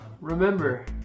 remember